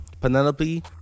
Penelope